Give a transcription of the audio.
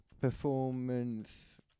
Performance